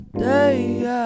day